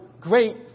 great